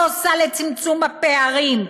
לא עושה לצמצום הפערים,